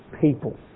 people